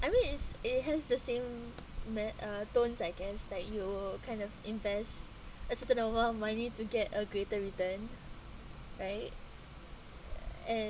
I mean it's it has the same me~ uh tones I guess like you kind of invest a certain amount of money to get a greater return right and